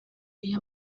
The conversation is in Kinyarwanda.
iyo